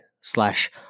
slash